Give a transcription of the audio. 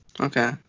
Okay